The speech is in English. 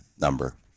number